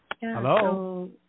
hello